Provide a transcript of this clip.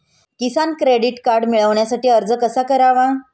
किसान credit card मिळवण्यासाठी अर्ज कसा करावा?